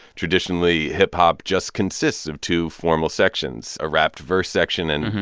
traditionally, hip-hop just consists of two formal sections a rapped verse section and,